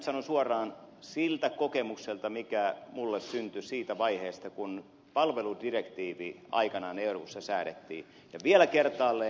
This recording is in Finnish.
sanon suoraan siltä kokemukselta mikä minulle syntyi siitä vaiheesta kun palveludirektiivi aikanaan eussa säädettiin vielä kertaalleen